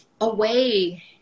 away